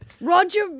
Roger